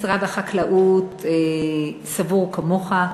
משרד החקלאות סבור כמוך,